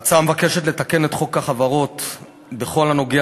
ההצעה מבקשת לתקן את חוק החברות בכל הנוגע